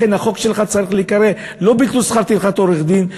לכן החוק שלך צריך להיקרא לא ביטול שכר טרחת עורך-דין,